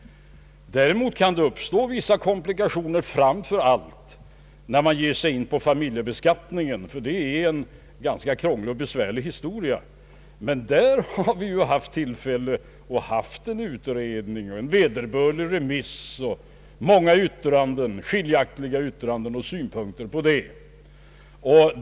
Det kan däremot uppstå vissa komplikationer, framför allt när man ger sig in på familjebeskattningen. Det är en krånglig och besvärlig historia. Men där har vi haft en utredning med vederbörlig remissbehandling och många skiljaktiga yttranden och synpunkter.